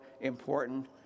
important